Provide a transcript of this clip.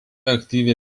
aktyviai